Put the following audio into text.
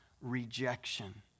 rejection